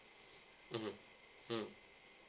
mmhmm mm